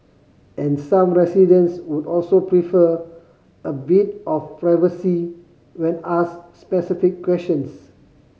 and some residents would also prefer a bit of privacy when asked specific questions